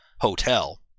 hotel